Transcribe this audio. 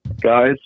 Guys